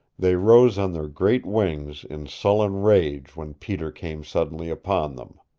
they rose on their great wings in sullen rage when peter came suddenly upon them.